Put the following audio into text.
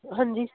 ਹਾਂਜੀ